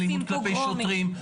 אלימות כלפי שוטרים,